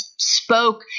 spoke